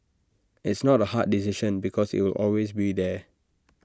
it's not A hard decision because IT will always be there